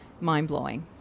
mind-blowing